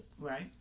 right